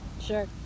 sure